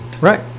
Right